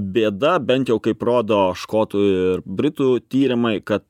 bėda bent jau kaip rodo škotų ir britų tyrimai ka